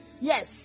Yes